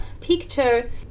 picture